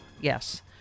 Yes